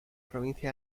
provincia